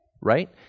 Right